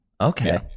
okay